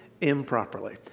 improperly